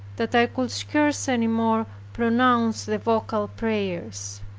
that i could scarce any more pronounce the vocal prayers.